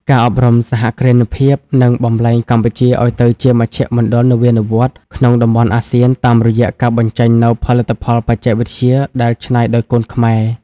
ការអប់រំសហគ្រិនភាពនឹងបំប្លែងកម្ពុជាឱ្យទៅជា "មជ្ឈមណ្ឌលនវានុវត្តន៍" ក្នុងតំបន់អាស៊ាន តាមរយៈការបញ្ចេញនូវផលិតផលបច្ចេកវិទ្យាដែលច្នៃដោយកូនខ្មែរ។